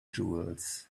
jewels